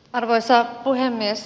arvoisa puhemies